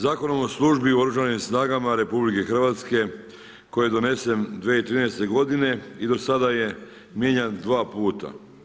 Zakonom o službi u Oružanim snagama RH koji je donesen 2013. godine i do sada je mijenjan dva puta.